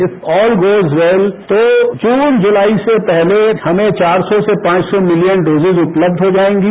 if all goes well तो जून जुलाई से पहले हमें चार सौ से पांच सौ मिलियन डोजेज उपलब्धहो जाएंगी